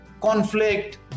conflict